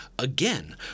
Again